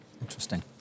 Interesting